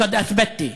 ברכות לך,